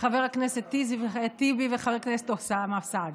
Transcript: חבר הכנסת טיבי וחבר הכנסת אוסאמה סעדי.